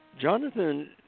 Jonathan